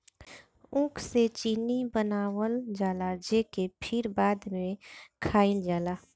ऊख से चीनी बनावल जाला जेके फिर बाद में खाइल जाला